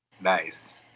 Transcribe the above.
Nice